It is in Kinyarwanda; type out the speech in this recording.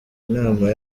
inama